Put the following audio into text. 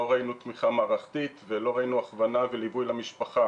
לא ראינו תמיכה מערכתית ולא ראינו הכוונה וליווי למשפחה